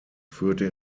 führte